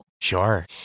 Sure